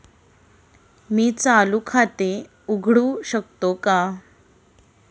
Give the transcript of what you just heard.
मी चालू खाते उघडू शकतो का?